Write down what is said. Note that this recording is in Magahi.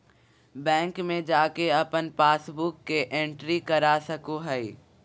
बैंक में जाके अपन पासबुक के एंट्री करा सको हइ